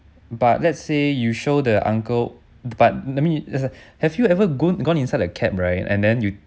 but let's say you show the uncle but let me have you ever gone gone inside a cab right and then you